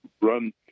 run